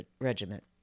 regiment